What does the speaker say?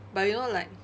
but you know like